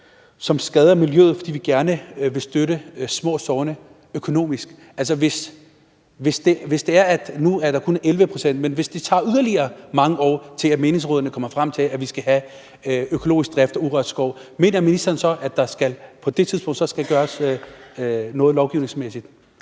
som skader miljøet, fordi vi gerne vil støtte små sogne økonomisk? Altså, nu er der kun 11 pct., men hvis det tager yderligere mange år, til menighedsrådene kommer frem til, at man skal have økologisk drift og urørt skov, mener ministeren så, at der på det tidspunkt skal gøres noget lovgivningsmæssigt?